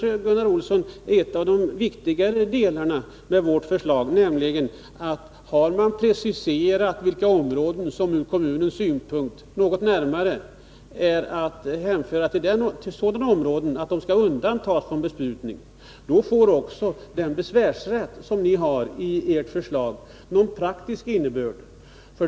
En av de viktigare delarna i vårt förslag kanske är, Gunnar Olsson, att har man något närmare preciserat vad som ur kommunens synpunkt är att hänföra till sådana områden som skall undantas från besprutning, då får också den besvärsrätt som ni har i ert förslag någon praktisk innebörd.